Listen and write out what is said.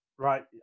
right